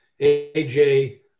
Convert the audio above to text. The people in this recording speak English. AJ